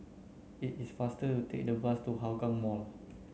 it is faster to take the bus to Hougang Mall